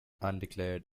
undeclared